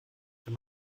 wenn